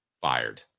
fired